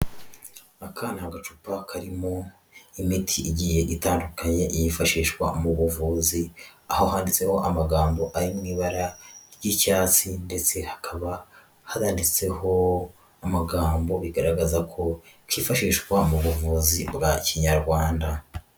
Aka ni gacupa karimo imiti igiye itandukanye yifashishwa mu buvuzi, aho handitseho amagambo ari mu ibara ry'icyatsi, ndetse hakaba hananditseho amagambo bigaragaza ko kifashishwa mu buvuzi bwa kinyarwanda.